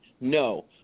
No